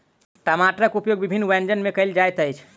टमाटरक उपयोग विभिन्न व्यंजन मे कयल जाइत अछि